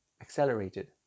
accelerated